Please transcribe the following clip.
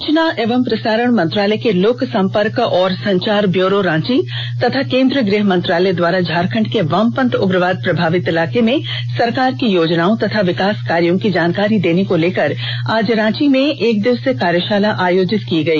सुचना एवं प्रसारण मंत्रालय के लोक संपर्क एवं संचार ब्यूरो रांची और केंद्रीय गुह मंत्रालय द्वारा झारखण्ड के वामपंथ उग्रवाद प्रभावित इलाके में सरकार की योजनाओं तथा विकास कार्यो की जानकारी देने को लेकर आज रांची में एकदिवसीय कार्यशाला आयोजन की गई